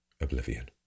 oblivion